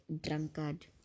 drunkard